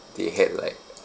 they had like